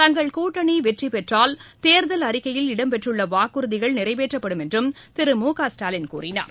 தங்கள் கூட்டணி வெற்றி பெற்றால் தேர்தல் அறிக்கையில் இடம்பெற்றுள்ள வாக்குறுதிகள் நிறைவேற்றப்படும் என்றும் திரு மு க ஸ்டாலின் கூறினார்